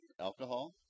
Alcohol